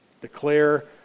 Declare